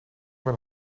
mijn